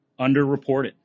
underreported